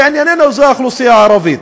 לענייננו זו האוכלוסייה הערבית.